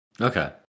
Okay